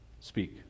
speak